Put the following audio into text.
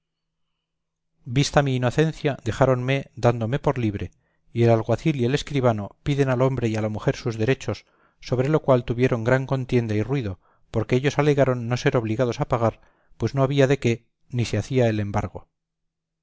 vista mi inocencia dejáronme dándome por libre y el alguacil y el escribano piden al hombre y a la mujer sus derechos sobre lo cual tuvieron gran contienda y ruido porque ellos alegaron no ser obligados a pagar pues no había de qué ni se hacía el embargo